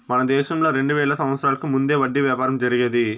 మన దేశంలో రెండు వేల సంవత్సరాలకు ముందే వడ్డీ వ్యాపారం జరిగేది